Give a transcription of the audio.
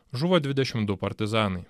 žuvo dvidešimt du partizanai